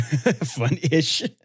fun-ish